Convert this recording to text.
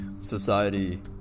society